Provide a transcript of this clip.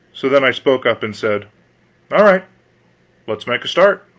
so then i spoke up and said all right let us make a start.